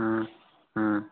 ꯎꯝ ꯎꯝ